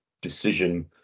decision